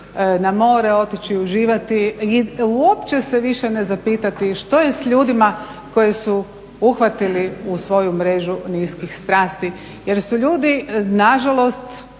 na more, otići uživati i uopće se više ne zapitati što je s ljudima koje su uhvatili u svoju mrežu niskih strasti. Jer su ljudi na žalost